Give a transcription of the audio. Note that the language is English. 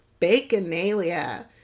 Baconalia